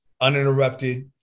uninterrupted